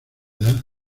edad